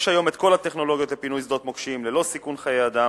יש היום כל הטכנולוגיות לפינוי שדות מוקשים ללא סיכון חיי אדם,